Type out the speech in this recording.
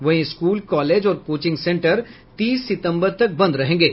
वहीं school college और coaching centre तीस सितंबर तक बंद रहेंगे